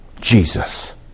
Jesus